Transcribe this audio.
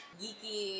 geeky